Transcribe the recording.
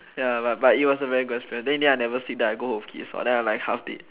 ya but but it was a very good experience then in the end I never sleep then I go then I like half dead